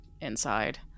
inside